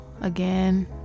again